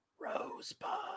Rosebud